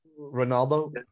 Ronaldo